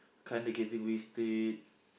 kind of getting wasted